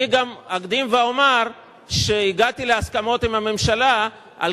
אני גם אקדים ואומר שהגעתי להסכמות עם הממשלה על